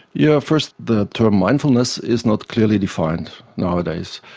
yeah first the term mindfulness is not clearly defined nowadays.